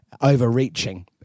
overreaching